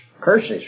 curses